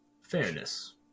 fairness